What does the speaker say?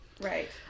Right